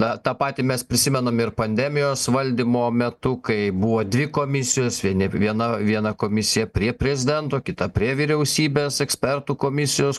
na tą patį mes prisimenam ir pandemijos valdymo metu kai buvo dvi komisijos vieni viena viena komisija prie prezidento kita prie vyriausybės ekspertų komisijos